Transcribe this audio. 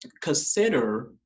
consider